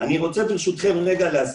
ברשותכם אני רוצה להסביר.